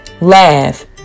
laugh